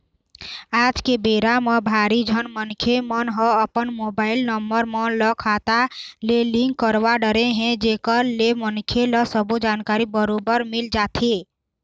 आज के बेरा म भारी झन मनखे मन ह अपन मोबाईल नंबर मन ल खाता ले लिंक करवा डरे हे जेकर ले मनखे ल सबो जानकारी बरोबर मिल जाथे